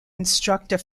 instructor